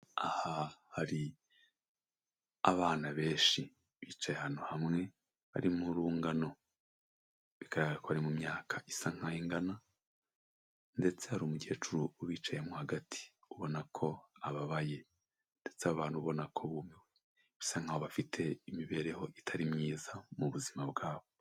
Aha hari abana benshi bicaye ahantu hamwe bari mu rungano, bigaragara ko ari mu myaka isa n'ingana ndetse hari umukecuru ubicayemo hagati ubona ko ababaye ndetse abantu ubona ko bumiwe bisa nk'abafite imibereho itari myiza mu buzima bwabo.